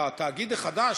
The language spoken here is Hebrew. בתאגיד החדש,